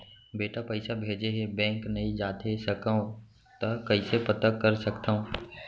बेटा पइसा भेजे हे, बैंक नई जाथे सकंव त कइसे पता कर सकथव?